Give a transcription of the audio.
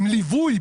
עם ליווי,